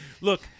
Look